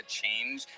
change